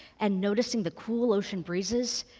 and noticing the cool ocean breezes,